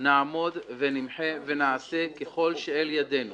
נעמוד ונמחה ונעשה כל שלאל ידינו